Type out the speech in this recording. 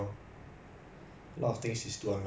ya I think is a is worth it lah